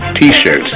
T-Shirts